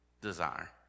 desire